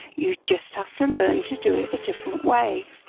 you just have to learn to do it a different way.